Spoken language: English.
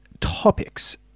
topics